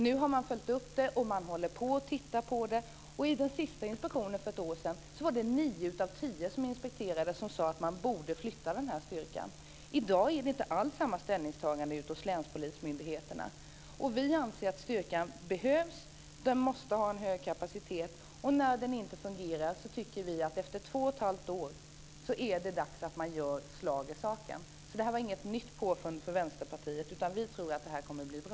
Nu har man följt upp det här. Man håller på att titta på det. Vid den sista inspektionen för ett år sedan var det nio av tio av dem som inspekterade som sade att man borde flytta på den här styrkan. I dag är det inte alls samma ställningstagande ute hos länspolismyndigheterna. Vi anser att styrkan behövs. Den måste ha en hög kapacitet. När den inte fungerar tycker vi att det efter två och ett halvt år är dags att göra slag i saken. Det här var alltså inget nytt påfund från Vänsterpartiet utan vi tror att det här kommer att bli bra.